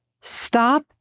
Stop